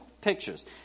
pictures